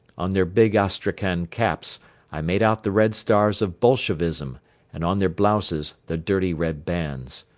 on their big astrakhan caps i made out the red stars of bolshevism and on their blouses the dirty red bands.